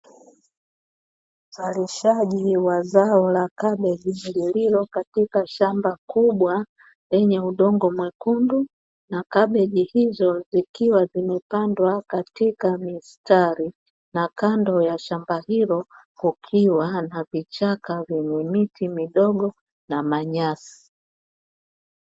Uzalishaji wa zao la kabeji lililo katika shamba kubwa, lenye udogo mwekundu na kabeji hizo zikiwa zimepandwa katika mistari, na kando ya shamba hilo kukiwa na vichaka vyenye miti midogo na manyasi.